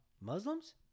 Muslims